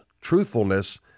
truthfulness